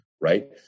right